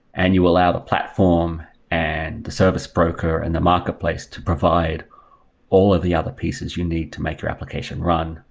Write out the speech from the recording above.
and you allow the platform and the service broker and the marketplace to provide all of the other pieces you need to make your application run,